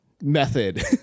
method